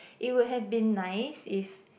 it would have been nice if